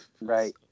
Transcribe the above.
Right